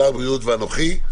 שר הבריאות ואנוכי,